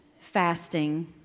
fasting